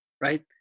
right